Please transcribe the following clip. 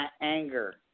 anger